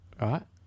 Right